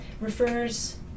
refers